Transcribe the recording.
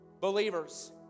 Believers